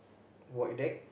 void deck